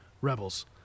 Rebels